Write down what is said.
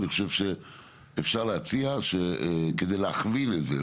אני חושב שאפשר להציע כדי להכווין את זה,